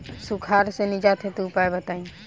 सुखार से निजात हेतु उपाय बताई?